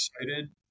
excited